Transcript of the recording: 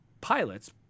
pilots